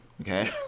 Okay